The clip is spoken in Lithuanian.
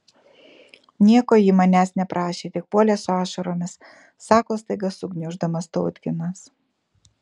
nieko ji manęs neprašė tik puolė su ašaromis sako staiga sugniuždamas tautginas